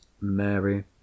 mary